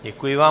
Děkuji vám.